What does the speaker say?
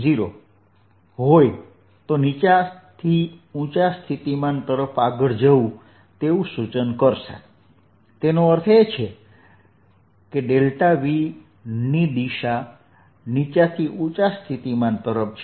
l0 હોય તો નીચા થી ઉચ્ચ સ્થિતિમાન તરફ આગળ જવું તેવું સૂચન કરશે તેનો અર્થ એ કે V ની દિશા નીચા થી ઉચ્ચ સ્થિતિમાન તરફ છે